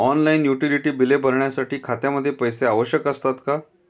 Online utility बिले भरण्यासाठी खात्यामध्ये पैसे आवश्यक असतात का?